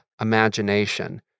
Imagination